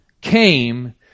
came